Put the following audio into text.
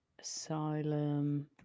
Asylum